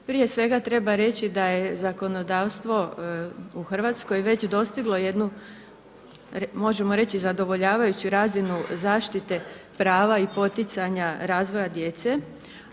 Prije svega treba reći da je zakonodavstvo u Hrvatskoj već dostiglo jednu možemo reći zadovoljavajuću razinu zaštite prava i poticanja razvoja djece,